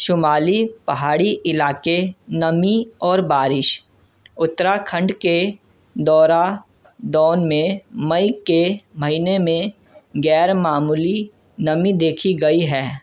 شمالی پہاڑی علاقے نمی اور بارش اتراکھنڈ کے دہرادون میں مئی کے مہینے میں غیرمعمولی نمی دیکھی گئی ہے